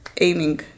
Aiming